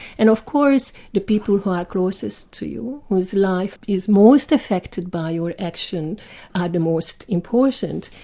and of course, the people who are closest to you, whose life is most affected by your actions are the most important.